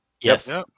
Yes